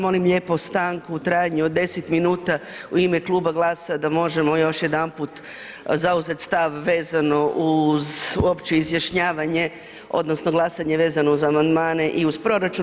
Molim lijepo stanku u trajanju od 10 minuta u ime kluba GLAS-a da možemo još jedanput zauzet stav vezano uz uopće izjašnjavanje odnosno glasanje vezano uz amandmane i uz proračun.